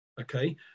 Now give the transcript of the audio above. Okay